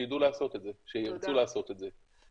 שידעו לעשות את זה, שירצו לעשות את זה.